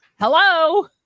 Hello